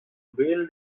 build